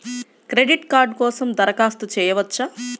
Credit card కోసం దరఖాస్తు చేయవచ్చా?